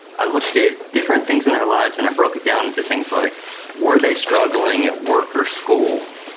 i looked at different things in their lives and i broke it down into things like were they struggling at work or school?